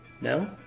No